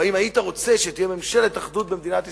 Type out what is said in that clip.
האם היית רוצה שתהיה ממשלת אחדות במדינת ישראל?